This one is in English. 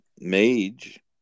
Mage